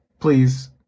Please